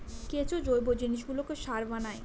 কেঁচো জৈব জিনিসগুলোকে সার বানায়